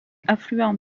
affluent